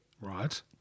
Right